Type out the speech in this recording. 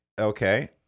Okay